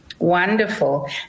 Wonderful